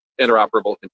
interoperable